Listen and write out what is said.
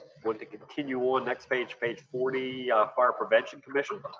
want to continue on next page, page forty, fire prevention commission.